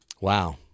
wow